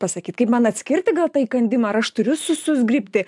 pasakyt kaip man atskirti gal tą įkandimą ar aš turiu su suzgribti